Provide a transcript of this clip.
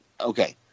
Okay